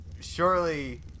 Surely